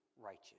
righteous